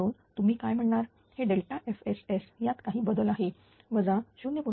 म्हणून तुम्ही काय म्हणणार हे FSS यात काही बदल आहे वजा 0